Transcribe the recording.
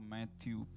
Matthew